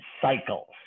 cycles